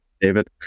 David